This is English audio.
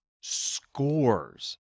scores